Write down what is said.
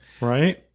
Right